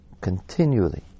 continually